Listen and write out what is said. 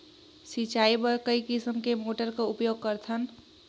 सिंचाई बर कई किसम के मोटर कर उपयोग करथन?